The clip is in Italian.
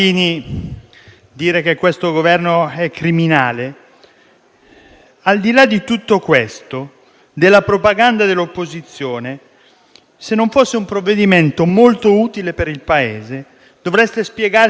dire che il Governo è criminale - al di là di tutto questo, appunto al di là della propaganda dell'opposizione, se non fosse un provvedimento molto utile per il Paese, dovreste spiegarci perché